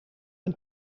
een